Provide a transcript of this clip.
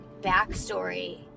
backstory